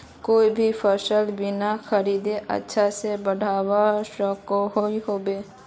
कोई भी सफल बिना खादेर अच्छा से बढ़वार सकोहो होबे?